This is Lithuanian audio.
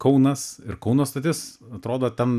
kaunas ir kauno stotis atrodo ten